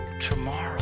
tomorrow